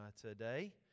today